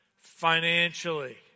financially